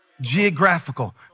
Geographical